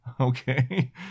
okay